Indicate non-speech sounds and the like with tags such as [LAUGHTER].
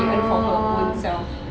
[NOISE]